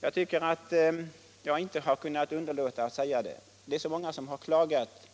Jag kan inte underlåta att säga detta, eftersom så många har klagat